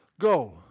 go